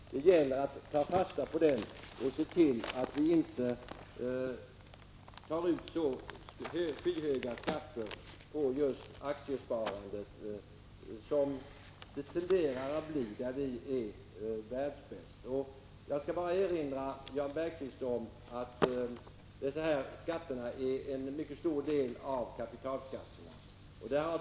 Det gäller att ta fasta på den och se till att det inte blir uttag med så skyhöga skatter på just aktiesparandet som det tenderar att bli — där är vi världsbäst. Jag vill bara erinra Jan Bergqvist om att de här skatterna är en mycket stor del av kapitalskatterna.